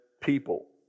people